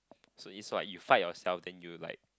so is like you fight yourself then you like